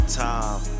time